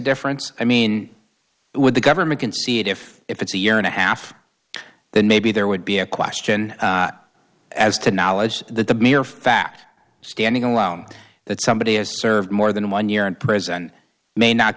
difference i mean with the government can see it if if it's a year and a half then maybe there would be a question as to knowledge that the mere fact standing alone that somebody has served more than one year in prison may not